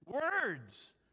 words